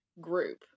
group